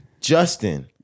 Justin